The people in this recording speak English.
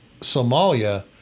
Somalia